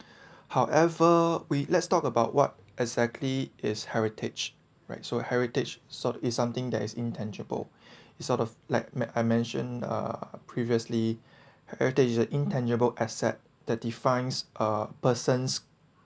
however we let's talk about what exactly is heritage right so heritage sort is something that is intangible it's sort of like I mentioned uh previously heritage the intangible asset that defines uh person's